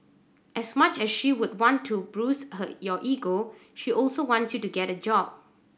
as much as she would want to bruise her your ego she also wants you to get a job